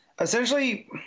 essentially